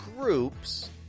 groups